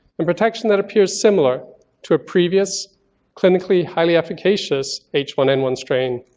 and protection that appears similar to a previous clinically highly efficacious h one n one strain,